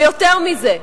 ויותר מזה,